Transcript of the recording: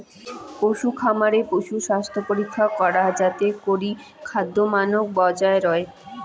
পশুখামারে পশুর স্বাস্থ্যপরীক্ষা করা যাতে করি খাদ্যমানক বজায় রয়